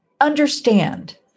understand